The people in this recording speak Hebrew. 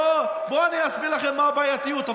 בואו אני אסביר לכם מה הבעייתיות.